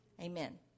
Amen